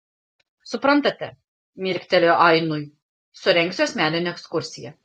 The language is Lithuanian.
suprantate mirktelėjo ainui surengsiu asmeninę ekskursiją